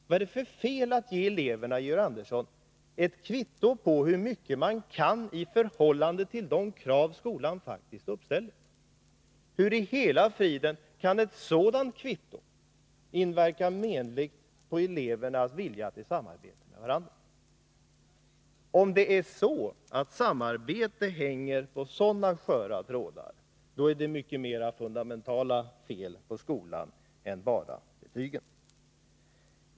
Vad är det för fel att ge eleverna ett kvitto på hur mycket de kan i förhållande till de krav som skolan faktiskt uppställer? Hur i hela friden kan ett sådant kvitto inverka menligt på elevernas vilja till samarbete med varandra? Om samarbete hänger på så sköra trådar, är det mycket mer fundamentala fel på skolan än bara betygen.